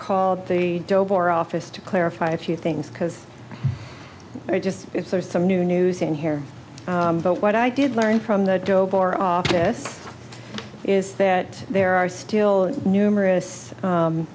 called the job or office to clarify a few things because i just if there's some new news in here but what i did learn from the job or office is that there are still numerous